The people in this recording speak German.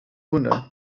wunder